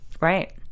right